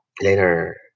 later